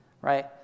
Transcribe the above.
Right